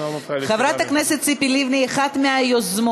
חברת הכנסת ציפי לבני היא אחת מהיוזמות.